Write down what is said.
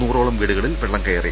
നൂറോളം വീടുകളിൽ വെള്ളംകയറി